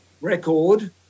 record